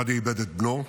גדי איבד את בנו,